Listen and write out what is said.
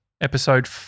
episode